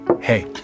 Hey